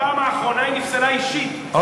בפעם האחרונה היא נפסלה אישית,